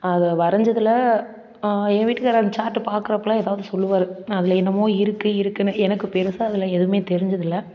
அது வரைஞ்சதுல என் வீட்டுக்காரு அந்த சார்கிட்ட பார்க்கறப்பெல்லாம் எதாவது சொல்லுவாரு அதில் என்னமோ இருக்குது இருக்குனு எனக்கு பெருசாக அதில் எதுவுமே தெரிஞ்சதில்லை